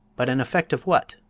but an effect of what?